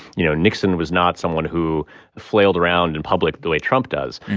you know, nixon was not someone who flailed around in public the way trump does.